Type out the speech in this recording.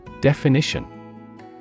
Definition